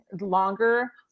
longer